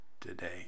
today